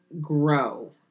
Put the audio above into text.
grow